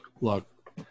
Look